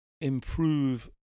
improve